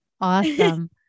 Awesome